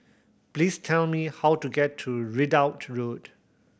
please tell me how to get to Ridout Road